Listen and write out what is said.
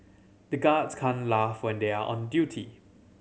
the guards can't laugh when they are on duty